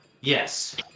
Yes